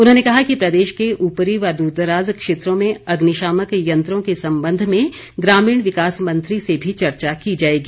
उन्होंने कहा कि प्रदेश के ऊपरी व द्रदराज क्षेत्रों में अग्निशामक यंत्रों के संबंध में ग्रामीण विकास मंत्री से भी चर्चा की जाएगी